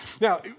Now